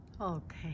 Okay